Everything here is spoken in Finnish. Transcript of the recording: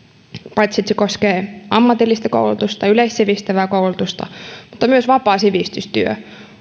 paitsi että se koskee ammatillista koulutusta ja yleissivistävää koulutusta myös vapaa sivistystyö